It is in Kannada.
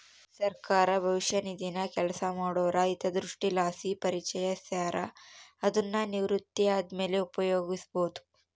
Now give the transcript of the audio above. ಸರ್ಕಾರ ಭವಿಷ್ಯ ನಿಧಿನ ಕೆಲಸ ಮಾಡೋರ ಹಿತದೃಷ್ಟಿಲಾಸಿ ಪರಿಚಯಿಸ್ಯಾರ, ಅದುನ್ನು ನಿವೃತ್ತಿ ಆದ್ಮೇಲೆ ಉಪಯೋಗ್ಸ್ಯಬೋದು